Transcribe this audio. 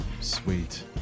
sweet